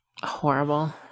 Horrible